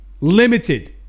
Limited